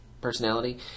personality